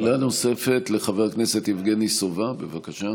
שאלה נוספת, לחבר הכנסת יבגני סובה, בבקשה.